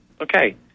Okay